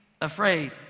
afraid